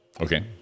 Okay